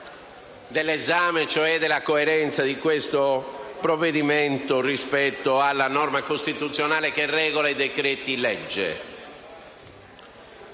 costituzionale, cioè alla coerenza di questo provvedimento rispetto alla norma costituzionale che regola i decreti-legge.